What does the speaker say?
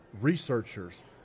researchers